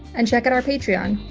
and check out our patreon,